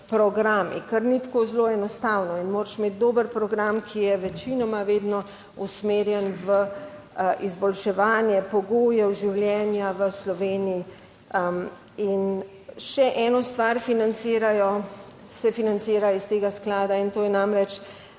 programi, kar ni tako zelo enostavno in moraš imeti dober program, ki je večinoma vedno usmerjen v izboljševanje pogojev življenja v Sloveniji. In še eno stvar financirajo, se financira iz tega sklada in to je namreč